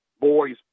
boys